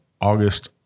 August